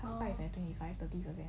as far as at twenty five thirty percent